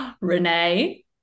Renee